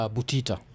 Butita